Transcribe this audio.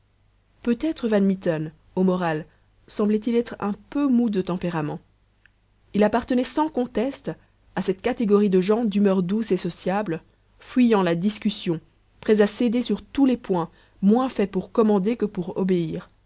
peut-être van mitten au moral semblait-il être un peu mou de tempérament il appartenait sans conteste à cette catégorie de gens d'humeur douce et sociable fuyant la discussion prêts à céder sur tous les points moins faits pour commander que pour obéir